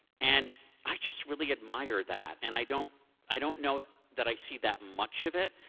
and i just really admire that, and i don't i don't know that i see that much of it.